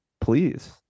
please